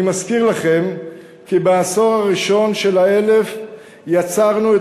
אני מזכיר לכם כי בעשור הראשון של האלף יצרנו את